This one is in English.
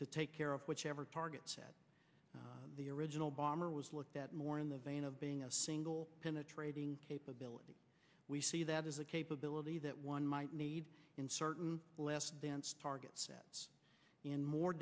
to take care of whichever target set the original bomber was looked at more in the vein of being a single penetrating capability we see that is a capability that one might need in certain less dense targets in more